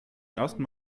ersten